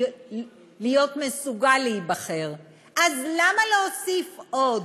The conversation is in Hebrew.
להיות מסוגל להיבחר, אז למה להוסיף עוד?